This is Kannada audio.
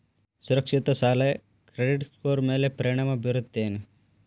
ಸುರಕ್ಷಿತ ಸಾಲ ಕ್ರೆಡಿಟ್ ಸ್ಕೋರ್ ಮ್ಯಾಲೆ ಪರಿಣಾಮ ಬೇರುತ್ತೇನ್